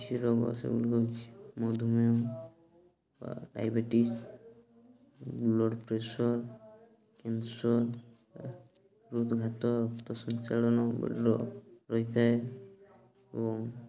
କିଛି ରୋଗ ସେଗୁଡ଼ିକ ହେଉଛି ମଧୁମେହ ଡାଇବେଟିସ୍ ବ୍ଲଡ଼୍ ପ୍ରେସର୍ କ୍ୟାନ୍ସର୍ ହୃଦ୍ଘାତ ରକ୍ତ ସଞ୍ଚାଳନ ରହିଥାଏ ଏବଂ